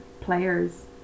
players